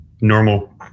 normal